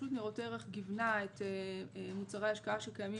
רשות ניירות ערך כיוונה את מוצרי ההשקעה שקיימים